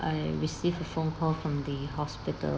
I receive a phone call from the hospital